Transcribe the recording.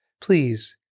Please